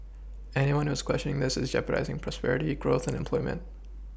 anyone who is questioning this is jeopardising prosperity growth and employment